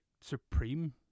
supreme